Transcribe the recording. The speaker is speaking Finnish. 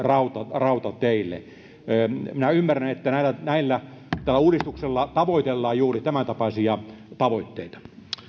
rautateille minä ymmärrän että tällä uudistuksella tavoitellaan juuri tämäntapaisia tavoitteita